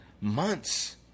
months